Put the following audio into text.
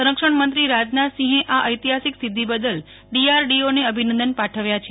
સંરક્ષણમંત્રી રાજનાથસિંહે આ ઐતિહાસિક સિઘ્ઘિ બદલ ડીઆરડીઓને અભિનંદન પાઠવ્યા છે